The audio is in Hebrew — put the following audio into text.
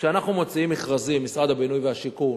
כשאנחנו, משרד הבינוי והשיכון,